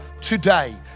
today